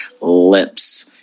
Lips